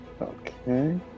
Okay